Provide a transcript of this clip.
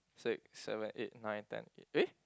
six seven eight night ten eh eh